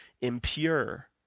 impure